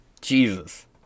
Jesus